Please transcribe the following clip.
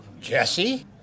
Jesse